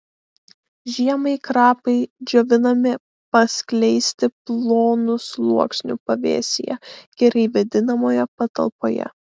žiemai krapai džiovinami paskleisti plonu sluoksniu pavėsyje gerai vėdinamoje patalpoje